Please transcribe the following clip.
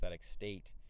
state